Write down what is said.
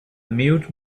mute